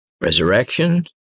resurrection